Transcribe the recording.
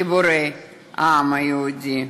גיבורי העם היהודי,